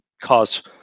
cause